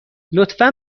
لطفا